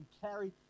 carry